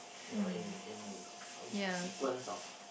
you know in in sequence of